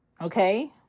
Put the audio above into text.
okay